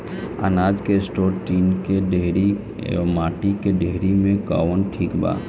अनाज के store tin के डेहरी व माटी के डेहरी मे कवन ठीक बा?